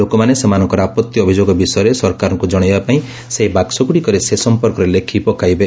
ଲୋକମାନେ ସେମାନଙ୍କର ଆପଭି ଅଭିଯୋଗ ସଂପର୍କରେ ସରକାରଙ୍କୁ ଜଣାଇବା ପାଇଁ ସେହି ବାକ୍ସଗୁଡ଼ିକରେ ସେ ବିଷୟରେ ଲେଖି ପକାଇବେ